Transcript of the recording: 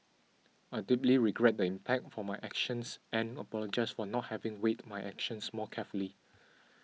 I deeply regret the impact for my actions and apologise for not having weighed my actions more carefully